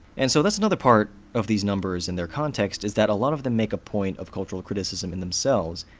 and so that's another part of these numbers and their context, is that a lot of them make a point of cultural criticism in themselves.